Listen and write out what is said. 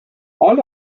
all